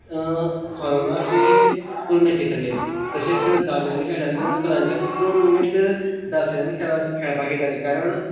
हरोन अशे करून दाकयताले तशेंच धांवचेल्यांनी खेयटाले तेन्ना सगल्यांच्याकूय चड उमेद धांवचेल्यांनी खेळपाक येताली कारण